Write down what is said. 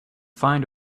find